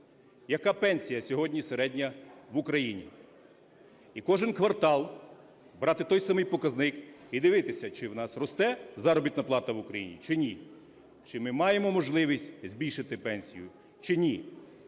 яка пенсія сьогодні середня в Україні. І кожен квартал брати той самий показник і дивитися, чи в нас росте заробітна плата в Україні, чи ні, чи ми маємо можливість збільшити пенсію, чи ні,